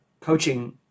coaching